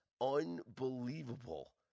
unbelievable